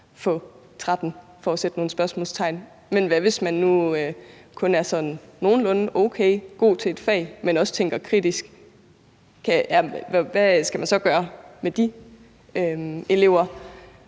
få 13 for at sætte spørgsmålstegn ved noget. Men hvad, hvis man nu kun er sådan nogenlunde god til et fag, men også tænker kritisk? Hvad skal vi gøre med de elever?